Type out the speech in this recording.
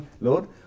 Lord